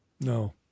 No